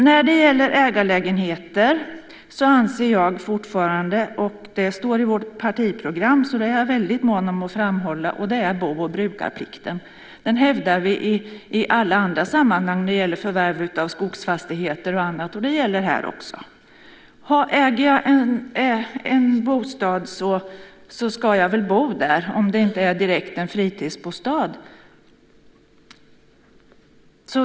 När det gäller ägarlägenheter är jag väldigt mån om att framhålla, för det står i vårt partiprogram, bo och brukarplikten. Den hävdar vi i alla andra sammanhang, när det gäller förvärv av skogsfastigheter och annat, och det gäller här också. Äger jag en bostad så ska jag väl bo där om det inte direkt är en fritidsbostad?